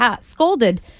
scolded